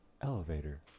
Elevator